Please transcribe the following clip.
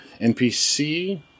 NPC